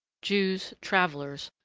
jews, travellers,